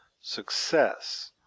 success